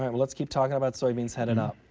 um let's keep talking about soybeans heading up.